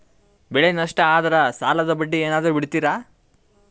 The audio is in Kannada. ಬೆಳೆ ನಷ್ಟ ಆದ್ರ ಸಾಲದ ಬಡ್ಡಿ ಏನಾದ್ರು ಬಿಡ್ತಿರಾ?